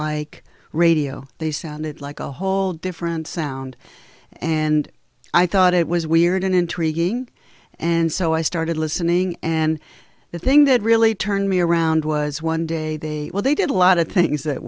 like radio they sounded like a whole different sound and i thought it was weird and intriguing and so i started listening and the thing that really turned me around was one day well they did a lot of things that